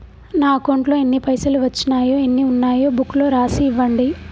నా అకౌంట్లో ఎన్ని పైసలు వచ్చినాయో ఎన్ని ఉన్నాయో బుక్ లో రాసి ఇవ్వండి?